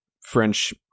French